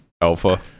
alpha